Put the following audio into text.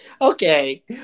Okay